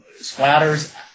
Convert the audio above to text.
splatters